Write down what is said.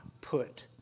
put